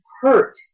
hurt